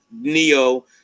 Neo